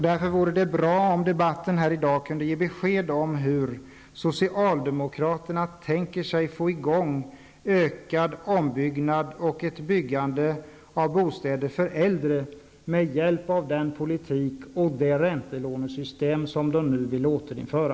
Det vore därför bra om debatten här i dag kunde ge besked om hur socialdemokraterna tänker sig få i gång ökad ombyggnad och ett ökat byggande av bostäder för äldre med hjälp av den politik och det räntelånesystem som de nu vill återinföra.